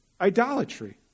idolatry